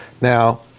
Now